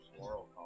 moral